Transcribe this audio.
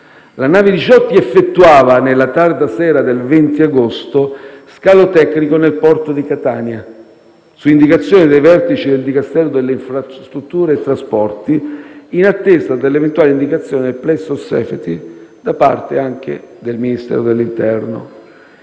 la nave Diciotti effettuava nella tarda sera del 20 agosto scalo tecnico nel porto di Catania, su indicazione dei vertici del Dicastero delle infrastrutture e dei trasporti, in attesa dell'eventuale indicazione del *place of safety* da parte anche del Ministero dell'interno.